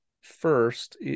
first